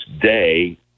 day